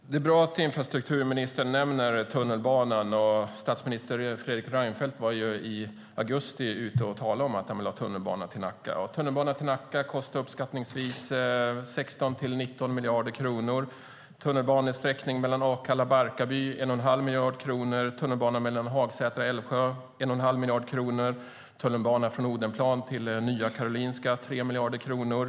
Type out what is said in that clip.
Herr talman! Det är bra att infrastrukturministern nämner tunnelbanan. Statsminister Fredrik Reinfeldt var i augusti ute och talade om att han ville ha tunnelbana till Nacka. Tunnelbana till Nacka kostar uppskattningsvis 16-19 miljarder kronor, tunnelbanesträckning mellan Akalla och Barkaby 1 1⁄2 miljard kronor, tunnelbana mellan Hagsätra och Älvsjö 1 1⁄2 miljard kronor och tunnelbana från Odenplan till nya Karolinska 3 miljarder kronor.